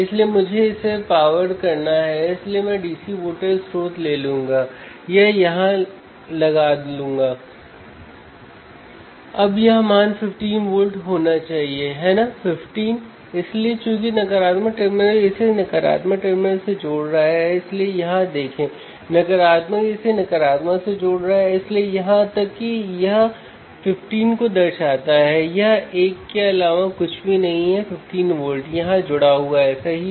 तो मेरा लाभ जो मैंने गणना किया है वह 104 के अलावा और कुछ नहीं है ठीक है